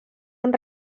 han